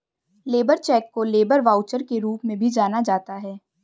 labour cheque को labour voucher के रूप में भी जाना जाता है